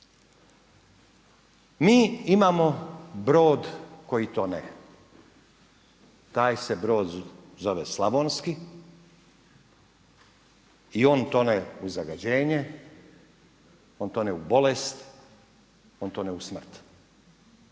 Mi imamo brod koji tone, taj se brod zove Slavonski i on tone u zagađenje, on tone u bolest, on tone u smrt